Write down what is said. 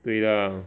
对 lah